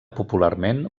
popularment